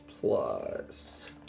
plus